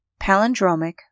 Palindromic